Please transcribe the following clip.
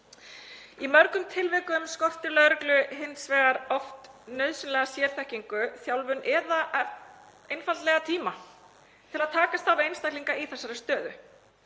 Í mörgum tilvikum skortir lögreglu hins vegar oft nauðsynlega sérþekkingu, þjálfun eða einfaldlega tíma til að takast á við einstaklinga í þessari stöðu,